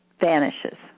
vanishes